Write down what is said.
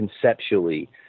conceptually